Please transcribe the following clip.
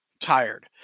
tired